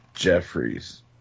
Jeffries